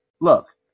look